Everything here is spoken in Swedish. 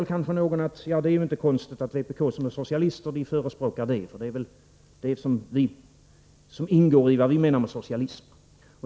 Då kanske någon säger: Ja, det är ju inte underligt att vpk, som består av socialister, förespråkar det; det ingår ju i vad de menar med socialism!